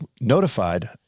notified